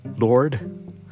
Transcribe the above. Lord